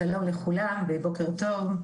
שלום לכולם ובוקר טוב.